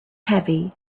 heavy